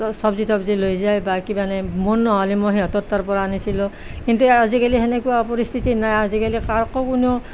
ত চব্জি তব্জি লৈ যায় বা কিবা নিয়ে মোৰ নহ'লে মই সিহঁতৰ তাৰ পৰা আনিছিলোঁ কিন্তু আজিকালি সেনেকুৱা পৰিস্থিতি নাই আজিকালি কাকো কোনেও